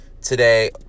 today